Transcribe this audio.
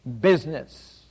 business